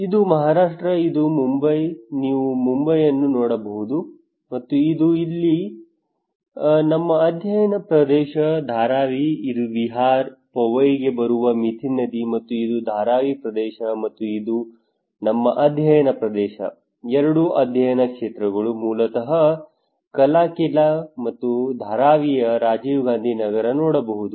ಇದು ಮಹಾರಾಷ್ಟ್ರ ಇದು ಮುಂಬೈ ನೀವು ಮುಂಬೈ ಅನ್ನು ನೋಡಬಹುದು ಮತ್ತು ಇಲ್ಲಿ ನಮ್ಮ ಅಧ್ಯಯನ ಪ್ರದೇಶ ಧಾರಾವಿ ಇದು ವಿಹಾರ್ ಪೊವೈಗೆ ಬರುವ ಮಿಥಿ ನದಿ ಮತ್ತು ಇದು ಧಾರಾವಿ ಪ್ರದೇಶ ಮತ್ತು ಇದು ನಮ್ಮ ಅಧ್ಯಯನ ಪ್ರದೇಶ ಎರಡು ಅಧ್ಯಯನ ಕ್ಷೇತ್ರಗಳು ಮೂಲತಃ ಕಲಾಕಿಲಾ ಮತ್ತು ಧಾರಾವಿಯ ರಾಜೀವ್ ಗಾಂಧಿ ನಗರ ನೋಡಬಹುದು